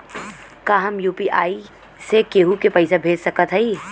का हम यू.पी.आई से केहू के पैसा भेज सकत हई?